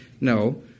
no